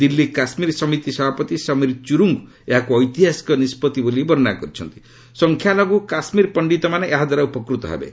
ଦିଲ୍ଲୀ କାଶ୍ମୀର ସମିତି ସଭାପତି ସମୀର ଚୁରୁଙ୍ଗୁ ଏହାକୁ ଐତିହାସିକ ନିଷ୍କଭି ବୋଲି ବର୍ଷ୍ଣନା କରି କହିଛନ୍ତି ସଂଖ୍ୟାଲଘୁ କାଶ୍ମୀର ପଣ୍ଡିତମାନେ ଏହାଦ୍ୱାରା ଉପକୂତ ହେବେ